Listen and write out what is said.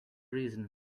reason